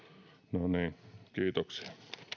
no niin kiitoksia